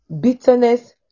Bitterness